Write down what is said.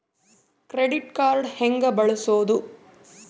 Credit card ಹೆಂಗ ಬಳಸೋದು?